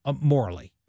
morally